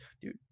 Dude